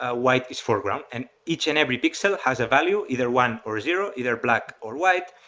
ah white is foreground, and each and every pixel has a value either one or zero, either black or white,